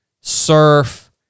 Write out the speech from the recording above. surf